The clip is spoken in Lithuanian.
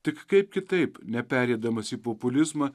tik kaip kitaip nepereidamas į populizmą